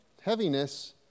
heaviness